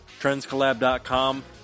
TrendsCollab.com